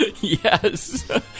Yes